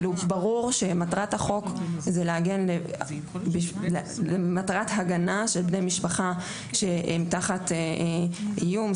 ברור שמטרת החוק זה למטרת הגנה של בני משפחה שהם תחת איום,